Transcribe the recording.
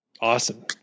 awesome